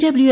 W